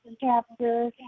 chapter